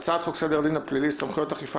הצעת חוק סדר הדין הפלילי (סמכויות אכיפה,